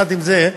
עם זאת,